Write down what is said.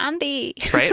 right